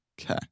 Okay